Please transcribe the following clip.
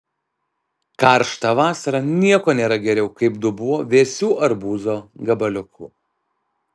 karštą vasarą nieko nėra geriau kaip dubuo vėsių arbūzo gabaliukų